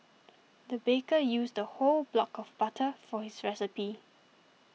the baker used a whole block of butter for his recipe